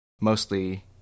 Mostly